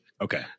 Okay